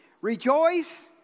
Rejoice